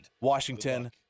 Washington